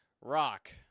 Rock